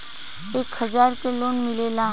एक हजार के लोन मिलेला?